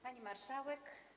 Pani Marszałek!